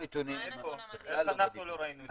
איך אנחנו לא ראינו את זה?